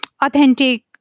authentic